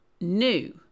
new